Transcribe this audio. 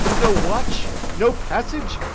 no watch? no passage?